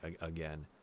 again